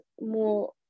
more